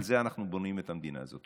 על זה אנחנו בונים את המדינה הזאת.